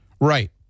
right